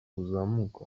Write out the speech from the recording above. buzamuka